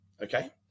Okay